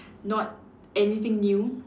not anything new